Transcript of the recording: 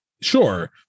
Sure